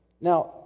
Now